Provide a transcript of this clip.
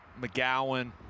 mcgowan